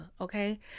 okay